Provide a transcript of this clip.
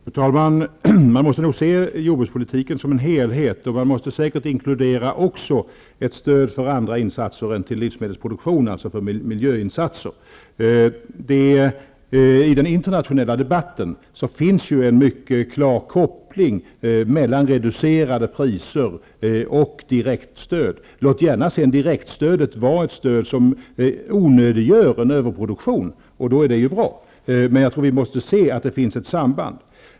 Fru talman! Man måste se jordbrukspolitiken som en helhet, och man måste säkert också inkludera ett stöd för andra insatser än till livsmedelsproduktio nen, dvs. miljöinsatser. I den internationella debatten finns en mycket klar koppling mellan reduce rade priser och direktstöd. Låt sedan gärna direktstödet vara ett stöd som onödiggör en överproduktion. Det är ju bra. Men vi måste se att det finns ett samband.